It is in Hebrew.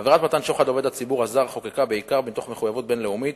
עבירת מתן שוחד לעובד ציבור זר חוקקה בעיקר מתוך מחויבות בין-לאומית,